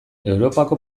europako